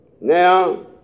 Now